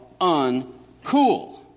uncool